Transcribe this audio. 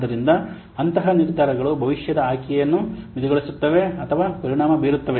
ಆದ್ದರಿಂದ ಅಂತಹ ನಿರ್ಧಾರಗಳು ಭವಿಷ್ಯದ ಆಯ್ಕೆಯನ್ನು ಮಿತಿಗೊಳಿಸುತ್ತವೆ ಅಥವಾ ಪರಿಣಾಮ ಬೀರುತ್ತವೆ